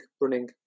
running